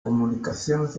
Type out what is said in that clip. comunicaciones